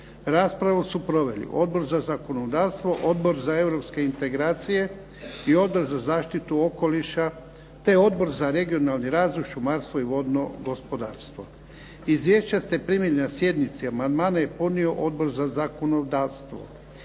Raspravu su proveli Odbor za zakonodavstvo, Odbor za europske integracije i Odbor za zaštitu okoliša te Odbor za regionalni razvoj, šumarstvo i vodno gospodarstvo. Izvješća ste primili na sjednici. Amandmane je podnio Odbor za zakonodavstvo.